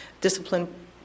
discipline